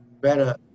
better